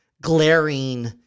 glaring